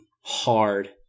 hard